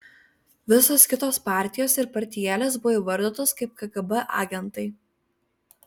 visos kitos partijos ir partijėlės buvo įvardytos kaip kgb agentai